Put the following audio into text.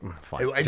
Fine